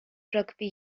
rugby